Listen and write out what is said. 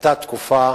היתה תקופה